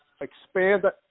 expand